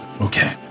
Okay